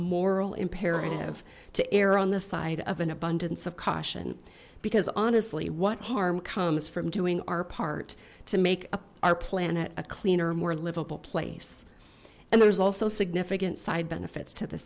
moral imperative to err on the side of an abundance of caution because honestly what harm comes from doing our part to make our planet a cleaner more livable place and there's also significant side benefits to the